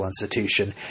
institution